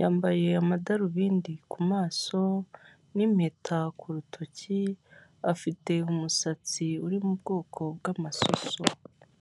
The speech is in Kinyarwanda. yambaye amadarubindi ku maso n'impeta ku rutoki, afite umusatsi uri mu bwoko bw'amasoso.